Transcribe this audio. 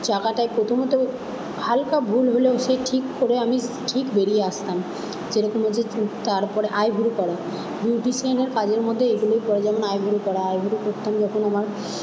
জায়গাটায় প্রথমত হালকা ভুল হলেও সে ঠিক করে আমি ঠিক বেরিয়ে আসতাম যেরকম হচ্ছে তারপরে আই ভুরু করা বিউটিশিয়ানের কাজের মধ্যে এইগুলোই পড়ে যেমন আই ভুরু করা আই ভুরু করতাম যখন আমার